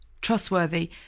trustworthy